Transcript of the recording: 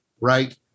right